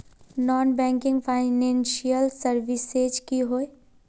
Non banking financial services की होय?